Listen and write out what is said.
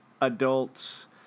Adults